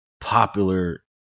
popular